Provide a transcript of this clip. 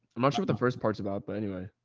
i'm not sure what the first part is about, but anyway,